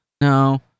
no